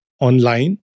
online